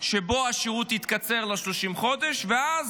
שבו השירות התקצר ל-30 חודשים, ואז,